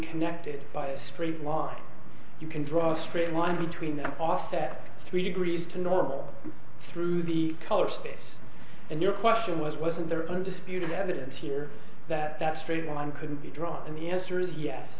connected by a straight line you can draw a straight line between the offset three degrees to normal through the color space and your question was wasn't there undisputed evidence here that that straight line couldn't be drawn and the answer is yes